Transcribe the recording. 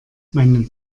meinen